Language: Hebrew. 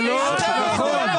זה לא נכון.